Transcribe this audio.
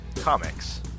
Comics